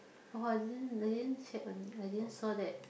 oh I didn't I didn't check on it I didn't saw that